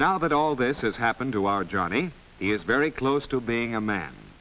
now that all this has happened to our journey is very close to being a man